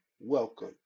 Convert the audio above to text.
welcome